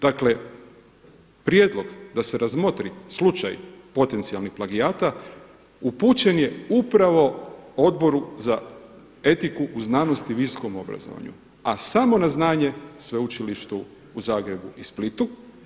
Dakle, prijedlog da se razmotri slučaj potencijalnih plagijata upućen je upravo Odboru za etiku u znanosti i visokom obrazovanju, a samo na znanje Sveučilištu u Zagrebu i Splitu.